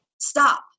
stop